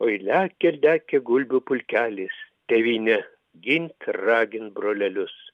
oi lekia lekia gulbių pulkelis tėvynę gint ragint brolelius